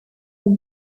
have